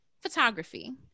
photography